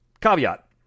caveat